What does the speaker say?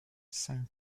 saint